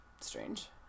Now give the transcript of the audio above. strange